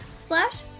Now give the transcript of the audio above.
slash